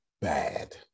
bad